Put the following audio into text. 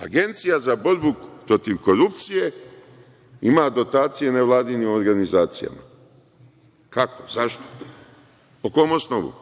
Agencija za borbu protiv korupcije ima dotacije u nevladinim organizacijama. Kako, zašto? Po kom osnovu?